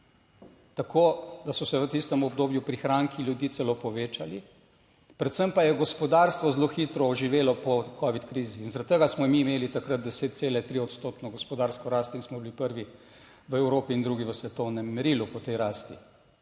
tako da so se v tistem obdobju prihranki ljudi celo povečali. Predvsem pa je gospodarstvo zelo hitro živelo po covid krizi in zaradi tega smo mi imeli takrat 10,3 odstotno gospodarsko rast in smo bili prvi v Evropi in drugi v svetovnem merilu po tej rasti.